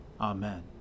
Amen